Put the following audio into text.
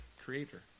creator